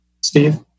steve